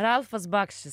ralfas baksis